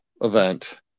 event